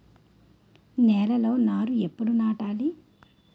నేలలో నారు ఎప్పుడు నాటాలి?